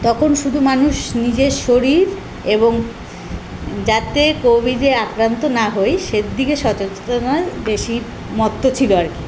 তখন শুধু মানুষ নিজের শরীর এবং যাতে কোভিডে আক্রান্ত না হই সেইদিকে সচেতনা বেশি মত্ত ছিলো আর কি